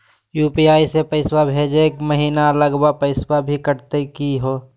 UPI स पैसवा भेजै महिना अलग स पैसवा भी कटतही का हो?